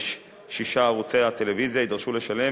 כששת ערוצי הטלוויזיה יידרשו לשלם